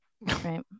Right